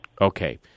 Okay